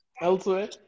elsewhere